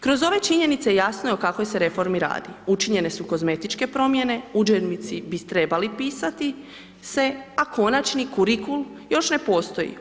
Kroz ove činjenice jasno je o kakvoj reformi se radi, učinjene su kozmetičke promjene, udžbenici bi trebali pisati se, a konačni kurikul još ne postoji.